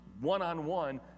one-on-one